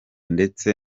ndetse